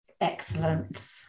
Excellent